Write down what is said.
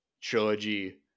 trilogy